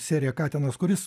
seriją katinas kuris